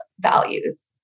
values